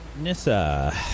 Nissa